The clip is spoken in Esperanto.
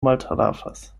maltrafas